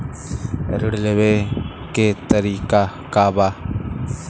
ऋण लेवे के तरीका का बा?